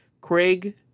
Craig